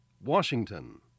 Washington